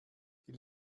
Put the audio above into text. die